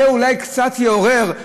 זה אולי קצת יעורר,